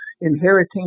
inheriting